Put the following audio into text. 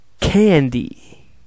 candy